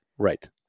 Right